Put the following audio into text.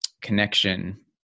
connection